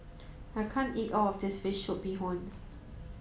I can't eat all of this fish soup bee hoon